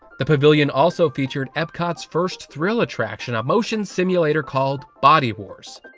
the pavillion also featured epcot's first thrill attraction, a motion simulator called body wars,